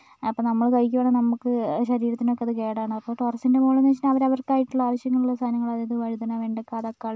അപ്പോൾ നമ്മൾ കഴിക്കുവാണെങ്കിൽ നമുക്ക് ശരീരത്തിനൊക്കത് കേടാണ് അപ്പോൾ ടെറസിൻറ്റെ മുകളിൽ വെച്ചിട്ട് അവർ അവർക്കായിട്ടുള്ള ആവശ്യമുള്ള സാധനങ്ങൾ അതായത് വഴുതന വെണ്ടക്ക തക്കാളി